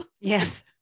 Yes